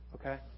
okay